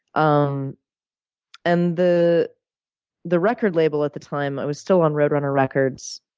um and the the record label at the time, i was still on roadrunner records.